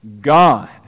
God